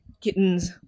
kittens